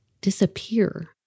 disappear